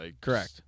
Correct